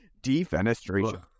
Defenestration